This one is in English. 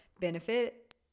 benefit